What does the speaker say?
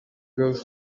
girls